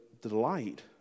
delight